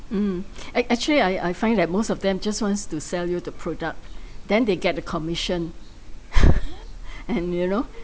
mm ac~ actually I I find that most of them just wants to sell you the product then they get the commission and you know